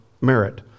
merit